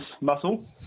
muscle